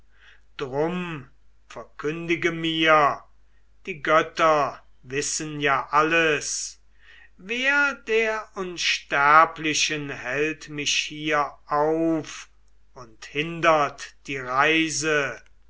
drum verkündige mir die götter wissen ja alles wer der unsterblichen hält mich hier auf und hindert die reise